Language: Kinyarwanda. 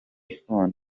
ifuni